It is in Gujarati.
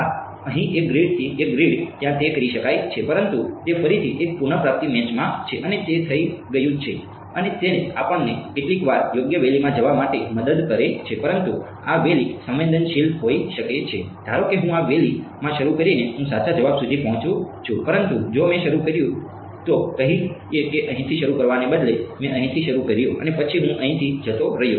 હા અહીં એક ગ્રીડથી એક ગ્રીડ ત્યાં તે કરી શકાય છે પરંતુ તે ફરીથી એક પુનઃપ્રાપ્તિ મેચમાં છે અને તે થઈ ગયું છે અને તે આપણને કેટલીકવાર યોગ્ય વેલી માં શરૂ કરીને હું સાચા જવાબ સુધી પહોંચું છું પરંતુ જો મેં શરૂ કર્યું તો કહીએ કે અહીંથી શરૂ કરવાને બદલે મેં અહીંથી શરૂ કર્યું અને પછી હું અહીંથી જતો રહ્યો